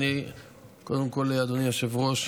אדוני היושב-ראש,